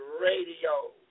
Radio